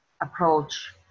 approach